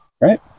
Right